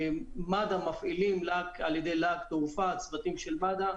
מד"א מפעילים על ידי "להק תעופה" צוותים של מד"א.